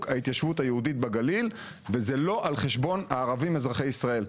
ההתיישבות היהודית בגליל וזה לא על חשבון הערבים אזרחי ישראל.